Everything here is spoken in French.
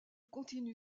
continue